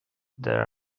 there